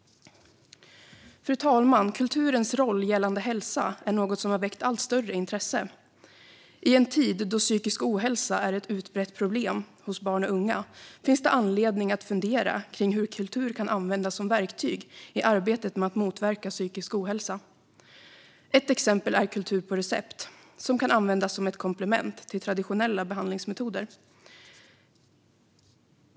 Fru talman! Kulturens roll för hälsa är något som har väckt allt större intresse. I en tid då psykisk ohälsa är ett utbrett problem hos barn och unga finns det anledning att fundera på hur kultur kan användas som verktyg i arbetet med att motverka psykisk ohälsa. Ett exempel är kultur på recept, som kan användas som ett komplement till traditionella behandlingsmetoder.